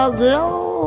glow